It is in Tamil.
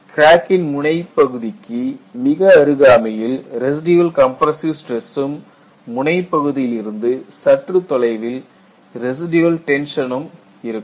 கிராக்கின் முனைப் பகுதிக்கு மிக அருகாமையில் ரெசிடியல் கம்ப்ரஸ்ஸிவ் ஸ்டிரஸ் சும் முனைப் பகுதியில் இருந்து சற்று தொலைவில் ரெசிடியல் டென்ஷனும் இருக்கும்